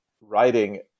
writing